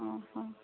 ଅଁ ହଁ